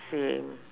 same